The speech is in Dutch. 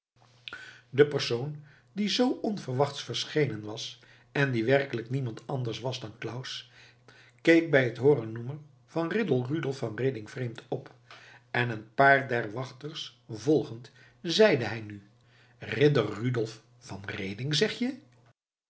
de persoon die zoo onverwachts verschenen was en die werkelijk niemand anders was dan claus keek bij het hooren noemen van ridder rudolf van reding vreemd op en een paar der wachters volgend zeide hij nu ridder rudolf van reding zeg je